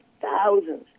thousands